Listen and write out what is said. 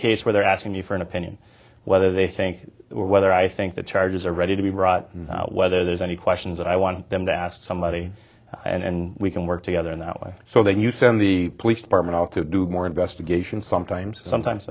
case where they're at and you for an opinion whether they think or whether i think the charges are ready to be brought and whether there's any questions that i want them to ask somebody and we can work together in that way so that you send the police department all to do more investigation sometimes sometimes